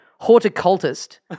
horticultist